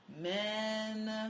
men